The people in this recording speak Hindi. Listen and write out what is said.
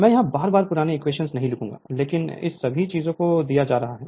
मैं यहां बार बार पुरानी इक्वेशंस नहीं लिखूंगा लेकिन इन सभी चीजों को दिया जा रहा है